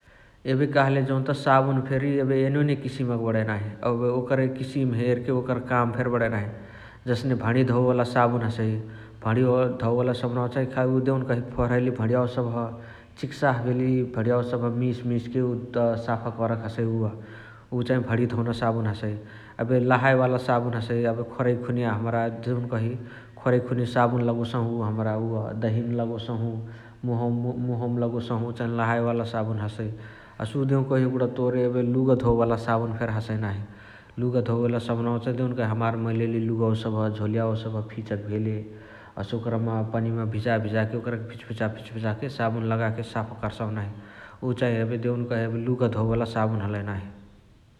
एबे कहले जौत साबु फेरी एबे एनुने किसिमक नाही । एबे ओकरे किसिम हेरके ओकरे काम फेरी बणइ नाही । जसने भणिया धोवे वाला साबुन हसइ । भणिया धोवे वाला सबुनावा चाही देउन्कही फोहराइल भणियावा सबह्, चिक्साह भेली भणियवा सबह मिस मिसके उ त साफा करके हसइ । उअ चाइ भणिया धोउना साबुन हसइ । एबे लहाए वाला साबुन हसइ एबे खोरै खुनिया हमरा देउनकही खोरइ खुनिया साबुन लगोसहु हमरा उअ दहिमा लगोसहु । मुहावामा लगोसहु उ चाइ लहाए वाला साबुन हसइ । अ हसे उ देउकही एगुणा तोर एबे लुगा धोवे वाला साबुन फेरी हसइ नाही । लुगा धोवे वाला साबुनावा चाइ हमार मैलाईली लुगवा सबह झोलियावा सबह फिचके भेले हसे ओकरमा पनिमा भिजा भिजाके ओकरमा फिचफिचा फिचफिचाके साबुन लगाके साफा कर्साहु नाही । उ चाही देउनकही एबे लुगा धोवे वाला साबुन हलइ नाही ।